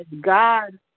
God